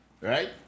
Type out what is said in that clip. right